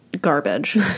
garbage